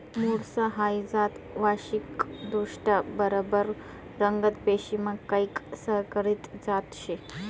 मुर्स हाई जात वांशिकदृष्ट्या बरबर रगत पेशीमा कैक संकरीत जात शे